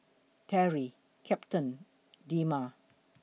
Teri Captain Delma